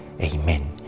Amen